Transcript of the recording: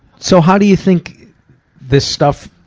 so how do you think this stuff,